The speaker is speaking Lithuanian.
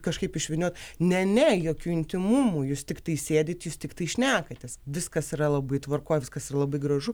kažkaip išvyniot ne ne jokių intymumų jūs tiktai sėdit jūs tiktai šnekatės viskas yra labai tvarkoj viskas labai gražu